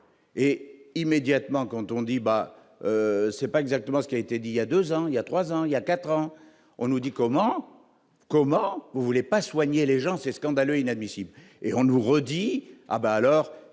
et immédiatement, quand on dit bah c'est pas exactement ce qui a été dit, il y a 2 ans, il y a 3 ans, il y a 4 ans, on nous dit : comment, comment vous voulez pas soigner les gens, c'est scandaleux, inadmissible et on nous redit ah bah alors,